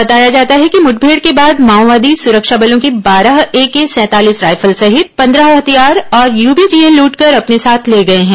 बताया जाता है कि मुठभेड़ के बाद माओवादी सुरक्षा बलों की बारह एके सैंतालीस रायफल सहित पंद्रह हथियार और यूबीजीएल लूटकर अपने साथ ले गए हैं